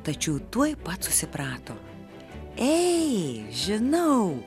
tačiau tuoj pat susiprato ei žinau